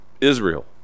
Israel